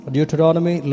Deuteronomy